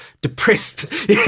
depressed